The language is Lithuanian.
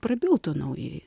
prabiltų naujai